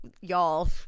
y'all